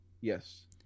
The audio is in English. Yes